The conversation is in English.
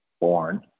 born